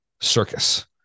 circus